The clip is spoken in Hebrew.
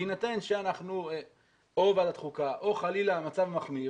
בהינתן או ועדת חוקה או חלילה המצב מחמיר